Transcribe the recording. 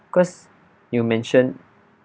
because you mentioned